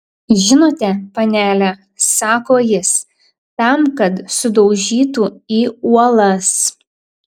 žinote panele sako jis tam kad sudaužytų į uolas